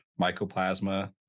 mycoplasma